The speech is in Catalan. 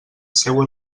seua